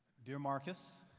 dear marcus,